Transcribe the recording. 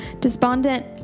despondent